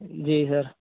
جی سر